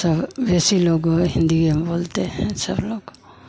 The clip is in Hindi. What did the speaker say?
सब वैसी लोग हिन्दीए बोलते हैं सब लोग